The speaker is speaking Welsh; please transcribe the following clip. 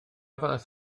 fath